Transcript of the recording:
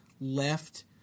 left –